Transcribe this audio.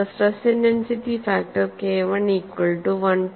stress intensity factor KI equal to 1